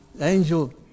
angel